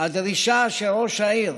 הדרישה של ראש העיר